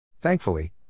Thankfully